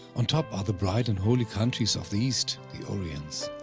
on top are the bright and holy countries of the east, the oriens.